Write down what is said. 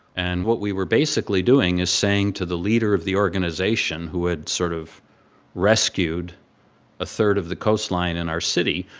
and what we were basically doing is saying to the leader of the organization who had sort of rescued a third of the coastline in our city,